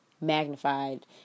magnified